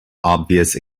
obvious